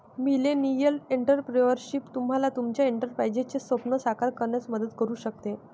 millennial entrepreneurship तुम्हाला तुमचे एंटरप्राइझचे स्वप्न साकार करण्यात मदत करू शकते